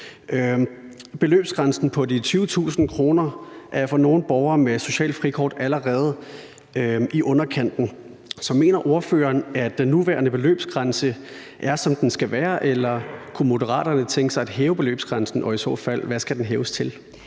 Beløbsgrænsen på de 20.000 kr. er for nogle borgere med socialt frikort allerede i underkanten. Så mener ordføreren, at den nuværende beløbsgrænse er, som den skal være, eller kunne Moderaterne tænke sig at hæve beløbsgrænsen, og hvad skal den i så fald hæves til?